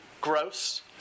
gross